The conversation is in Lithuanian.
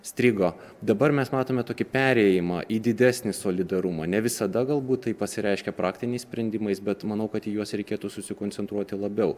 strigo dabar mes matome tokį perėjimą į didesnį solidarumą ne visada galbūt tai pasireiškia praktiniais sprendimais bet manau kad į juos reikėtų susikoncentruoti labiau